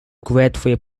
greatly